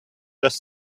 just